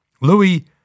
Louis